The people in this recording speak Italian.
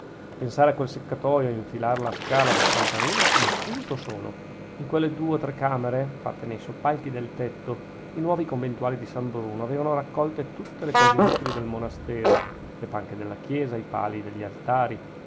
pensare a quel seccatoio e infilar la scala del campanile fu un punto solo in quelle due o tre camere fatte nei soppalchi del tetto i nuovi conventuali di san bruno avevano raccolte tutte le cose inutili del monastero le panche della chiesa i palii degli altari